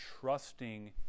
trusting